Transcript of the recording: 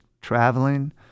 traveling